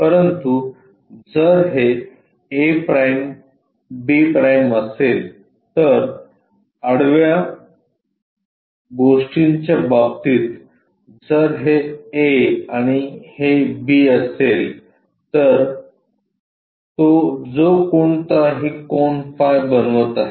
परंतु जर हे a'b' असेल तर आडव्या गोष्टींच्या बाबतीत जर हे a आणि हे b असेल तर तो जोकोणता ही कोन फाय बनवत आहे